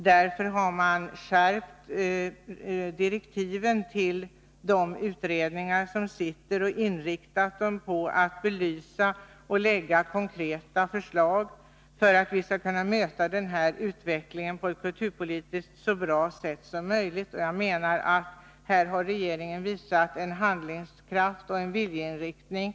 Därför har regeringen skärpt direktiven till de utredningar som pågår och inriktat dem på att de skall lägga fram konkreta förslag för att vi skall kunna möta utvecklingen på ett i kulturpolitiskt avseende så bra sätt som möjligt. Jag anser att regeringen har visat handlingskraft och angett en viljeinriktning.